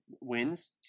Wins